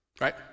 right